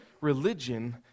religion